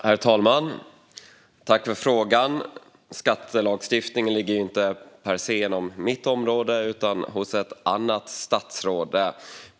Herr talman! Jag tackar för frågan. Skattelagstiftningen per se ligger inte inom mitt område utan hos ett annat statsråd.